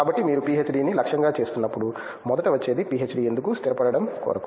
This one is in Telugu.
కాబట్టి మీరు పీహెచ్డీని లక్ష్యంగా చేసుకున్నప్పుడు మొదట వచ్చేది పీహెచ్డీ ఎందుకు స్థిరపడడం కొరకు